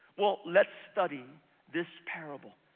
well, let's study this parable.